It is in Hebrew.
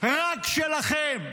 רק שלכם.